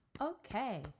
Okay